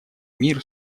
мир